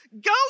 Go